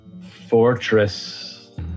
fortress